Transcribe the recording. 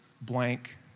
blank